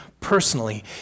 personally